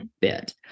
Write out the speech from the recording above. bit